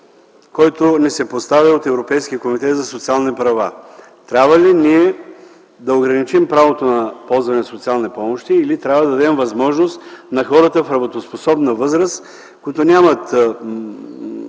който ни се поставя от Европейския комитет за социални права: трябва ли ние да ограничим правото на ползване на социални помощи или трябва да дадем възможност на хората в работоспособна възраст, които нямат